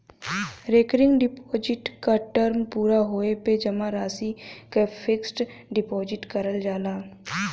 recurring deposit क term पूरा होये पे जमा राशि क फिक्स्ड डिपाजिट करल जाला